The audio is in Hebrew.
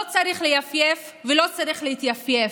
לא צריך ליפייף ולא צריך להתייפייף,